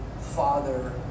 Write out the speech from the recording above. father